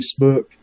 facebook